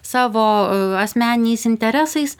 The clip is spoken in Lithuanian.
savo a asmeniniais interesais